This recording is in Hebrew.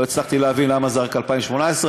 לא הצלחתי להבין למה זה רק עד 2018,